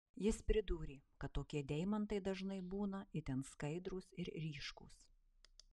jis pridūrė kad tokie deimantai dažnai būna itin skaidrūs ir ryškūs